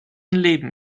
leben